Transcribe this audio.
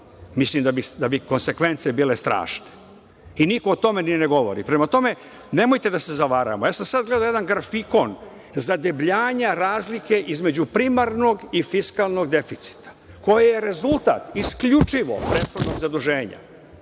Mislim da bi konsekvence bile strašne i niko o tome ni ne govori. Prema tome, nemojte da se zavaravamo. Ja sam sad gledao jedan grafikon zadebljanja razlike između primarnog i fiskalnog deficita, koji je rezultat isključivo prethodnog zaduženja.